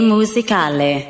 Musicale